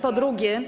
Po drugie.